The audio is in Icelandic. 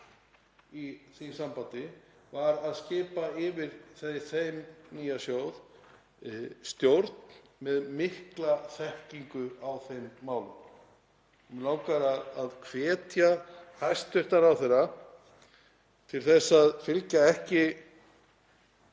í því sambandi var að skipa yfir þann nýja sjóð stjórn með mikla þekkingu á þeim málum. Mig langar að hvetja hæstv. ráðherra til að fylgja ekki